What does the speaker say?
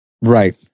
Right